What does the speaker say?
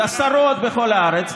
עשרות בכל הארץ,